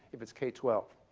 if it's k twelve.